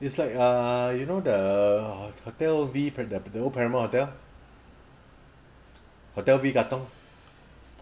is it